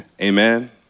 Amen